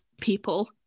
people